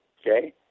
Okay